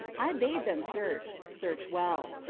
i bade them search search well.